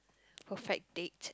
perfect date